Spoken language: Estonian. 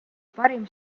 parim